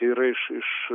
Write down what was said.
yra iš iš